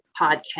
podcast